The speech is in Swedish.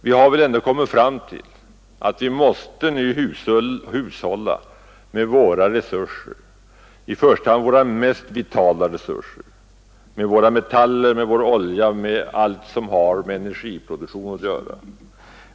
Vi har till slut kommit fram till att vi måste hushålla med våra resurser, i första hand våra mest vitala råvaror — våra metaller, vår olja, allt som har med energiproduktion att göra.